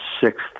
sixth